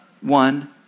one